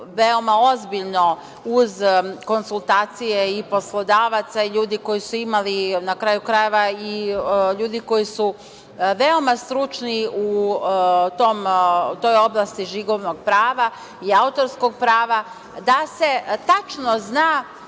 veoma ozbiljno uz konsultacije i poslodavaca i ljudi koji su imali, na kraju krajeva, i ljudi koji su veoma stručni u toj oblasti žigovnog prava i autorskog prava, da se tačno zna